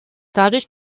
dadurch